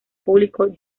público